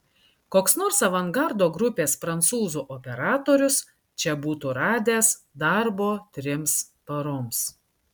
koks nors avangardo grupės prancūzų operatorius čia būtų radęs darbo trims paroms